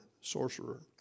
sorcerer